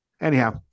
Anyhow